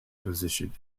position